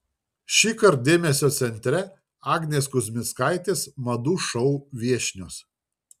šįkart dėmesio centre agnės kuzmickaitės madų šou viešnios